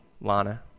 Lana